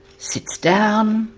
sits down,